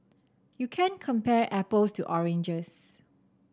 you can't compare apples to oranges